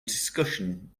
discussion